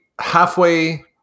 halfway